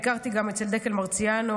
ביקרתי גם אצל דקל מרציאנו,